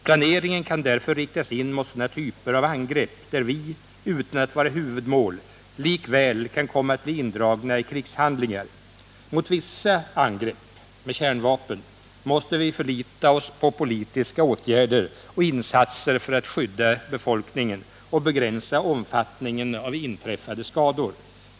Planeringen kan därför riktas in mot sådana typer av angrepp där vi, utan att vara huvudmål, likväl kan komma att bli indragna i krigshandlingar. Mot vissa angrepp — med kärnvapen — måste vi förlita oss på politiska åtgärder och insatser för att skydda befolkningen och begränsa omfattningen av inträffade skador.